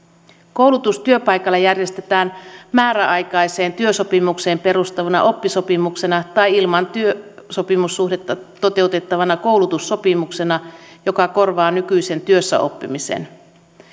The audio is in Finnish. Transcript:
koulutus työpaikalla järjestetään määräaikaiseen työsopimukseen perustuvana oppisopimuksena tai ilman työsopimussuhdetta toteutettavana koulutussopimuksena joka korvaa nykyisen työssäoppimisen